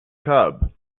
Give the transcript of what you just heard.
cub